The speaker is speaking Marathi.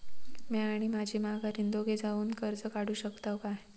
म्या आणि माझी माघारीन दोघे जावून कर्ज काढू शकताव काय?